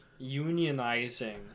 unionizing